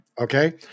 Okay